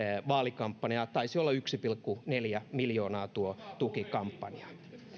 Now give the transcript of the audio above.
vaalikampanjaa taisi olla yksi pilkku neljä miljoonaa tuo tuki kampanjaan